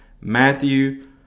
Matthew